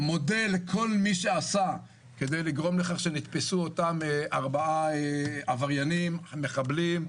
מודה לכל מי שעשה כדי לגרום לכך שנתפסו אותם ארבעה עבריינים מחבלים,